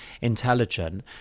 intelligent